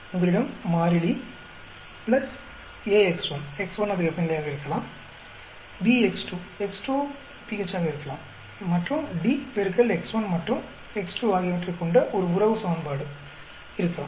உங்களிடம் மாறிலி ax1 x1 அது வெப்பநிலையாக இருக்கலாம் bx2 x2 pH ஆக இருக்கலாம் மேலும் d X x1 மற்றும் x2 ஆகியவற்றைக் கொண்ட ஒரு உறவு சமன்பாடு இருக்கலாம்